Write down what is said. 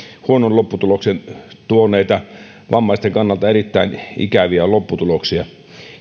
huonon lopputuloksen tuoneita kilpailutuksia vammaisten kannalta erittäin ikäviä lopputuloksia